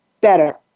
better